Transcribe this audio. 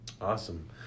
Awesome